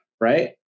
Right